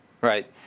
Right